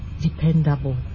dependable